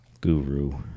guru